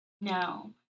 no